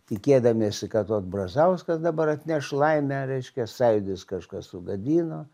tikėdamiesi kad vat brazauskas dabar atneš laimę reiškia sąjūdis kažką sugadino